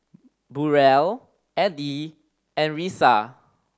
Burrell Eddy and Risa